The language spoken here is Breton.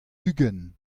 ugent